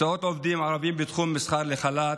הוצאת עובדים ערבים בתחום המסחר לחל"ת,